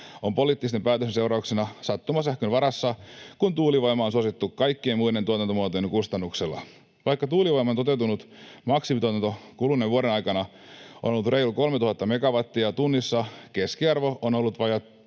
on poliittisten päätösten seurauksena sattumasähkön varassa, kun tuulivoimaa on suosittu kaikkien muiden tuotantomuotojen kustannuksella. Vaikka tuulivoiman toteutunut maksimituotanto kuluneen vuoden aikana on ollut reilut 3 000 megawattia tunnissa, keskiarvo ollut vajaat